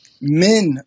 Men